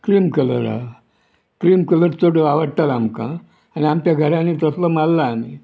cream कलरा cream colour चड आवडटालो आमकां आनी आमच्या घरांनी तसलो मारला आमी